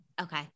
Okay